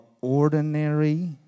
ordinary